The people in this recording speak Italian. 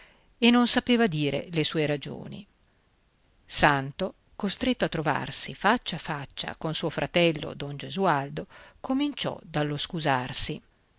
e non sapeva dire le sue ragioni santo costretto a trovarsi faccia a faccia con suo fratello don gesualdo cominciò dallo scusarsi